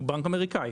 הוא בנק אמריקאי.